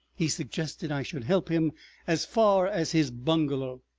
he suggested i should help him as far as his bungalow.